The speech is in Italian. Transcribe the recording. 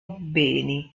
beni